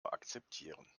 akzeptieren